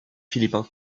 philippins